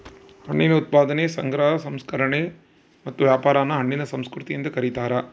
ಹಣ್ಣಿನ ಉತ್ಪಾದನೆ ಸಂಗ್ರಹ ಸಂಸ್ಕರಣೆ ಮತ್ತು ವ್ಯಾಪಾರಾನ ಹಣ್ಣಿನ ಸಂಸ್ಕೃತಿ ಎಂದು ಕರೀತಾರ